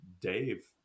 dave